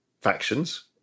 factions